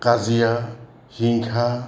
কাজিয়া হিংসা